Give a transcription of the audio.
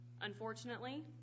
Unfortunately